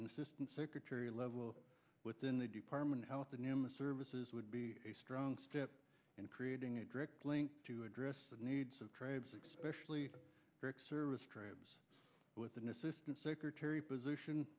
an assistant secretary level within the department of health and human services would be a strong step in creating a direct link to address the needs of trades expression direct service trades with an assistant secretary position